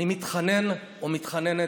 או מתחננת,